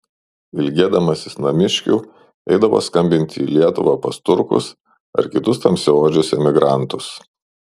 ilgėdamasis namiškių eidavo skambinti į lietuvą pas turkus ar kitus tamsiaodžius emigrantus